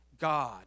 God